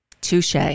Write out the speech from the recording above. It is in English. Touche